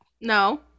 No